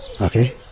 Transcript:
okay